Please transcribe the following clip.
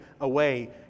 away